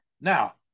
Now